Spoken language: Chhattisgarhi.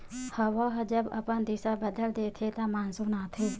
हवा ह जब अपन दिसा बदल देथे त मानसून आथे